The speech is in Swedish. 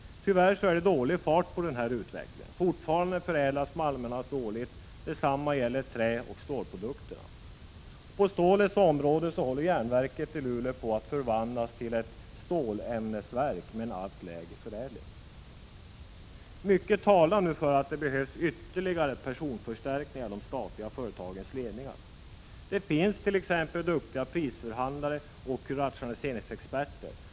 Tyvärr är det dålig fart på den här utvecklingen. Fortfarande förädlas malmerna dåligt, och detsamma gäller träoch stålprodukterna. Järnverket i Luleå håller på att förvandlas till ett stålämnesverk med en allt lägre förädling. Mycket talar nu för att det behövs ytterligare personförstärkningar i de statliga företagens ledningar. Det finns t.ex. duktiga prisförhandlare och rationaliseringsexperter.